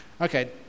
Okay